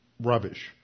rubbish